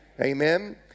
Amen